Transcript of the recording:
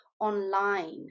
online